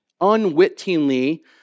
unwittingly